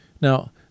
Now